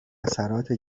اثرات